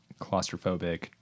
Claustrophobic